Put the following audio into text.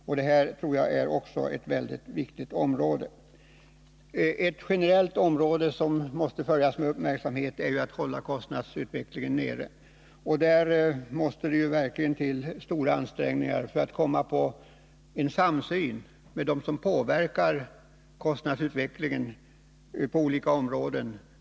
Också det här tror jag är ett väldigt viktigt område. Att generellt hålla kostnadsutvecklingen nere är en strävan som vi måste följa med stor uppmärksamhet. Där krävs det stora ansträngningar för att nå en samsyn med dem som påverkar kostnadsutvecklingen på olika områden.